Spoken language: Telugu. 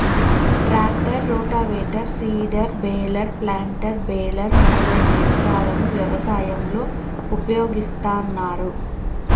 tractor, rotavator, seeder, baler, planter, baler మొదలైన యంత్రాలను వ్యవసాయంలో ఉపయోగిస్తాన్నారు